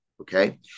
Okay